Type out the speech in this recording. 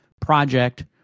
project